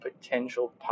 Potential